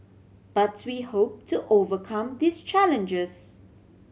but we hope to overcome these challenges